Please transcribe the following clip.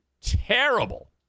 Terrible